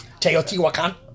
Teotihuacan